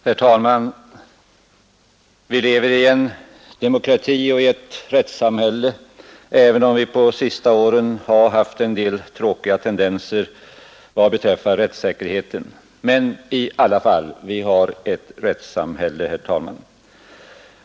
Herr talman! Vi lever i en demokrati och i ett rättssamhälle, även om det på de senaste åren varit en del tråkiga tendenser vad beträffar rättssäkerheten. Men, i alla fall, vi har ett rättssamhälle, herr talman.